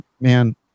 man